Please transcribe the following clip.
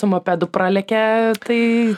su mopedu pralekia tai